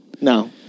No